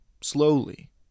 slowly